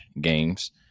games